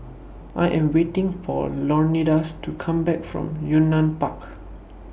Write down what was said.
I Am waiting For Leonidas to Come Back from Yunnan Park